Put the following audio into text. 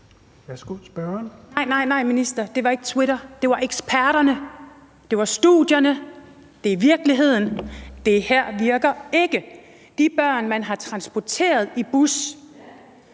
det var ikke Twitter. Det var eksperterne, det var studierne, der kom med det, og det er virkeligheden. Det her virker ikke. De børn, man har transporteret i bus,